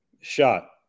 shot